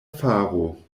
faro